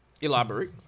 Elaborate